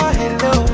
hello